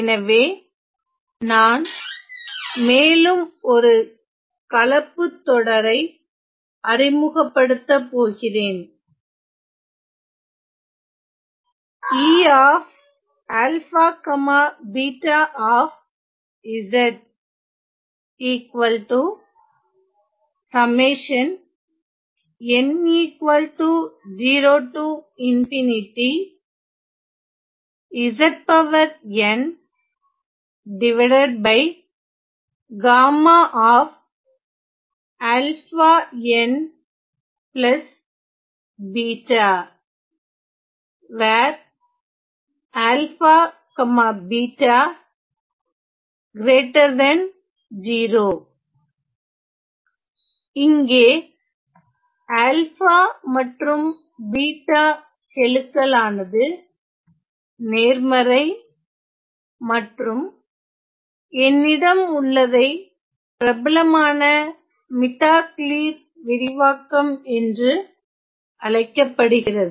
எனவே நான் மேலும் ஒரு கலப்புத்தொடரை அறிமுகப்படுத்த போகிறேன் இங்கே மற்றும் கெழுக்களானது நேர்மறை மற்றும் என்னிடம் உள்ளதை பிரபலமான மிட்டாக் லீர் விரிவாக்கம் என்று அழைக்கப்படுகிறது